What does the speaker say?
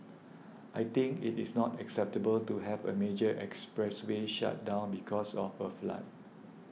I think it is not acceptable to have a major expressway shut down because of a flood